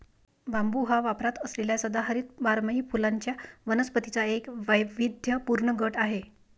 बांबू हा वापरात असलेल्या सदाहरित बारमाही फुलांच्या वनस्पतींचा एक वैविध्यपूर्ण गट आहे